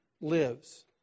lives